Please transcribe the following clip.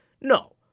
No